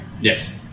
Yes